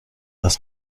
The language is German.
aus